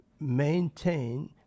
maintain